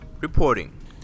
reporting